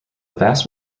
vast